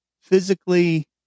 physically